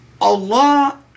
Allah